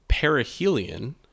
perihelion